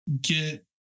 get